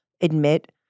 admit